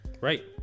Right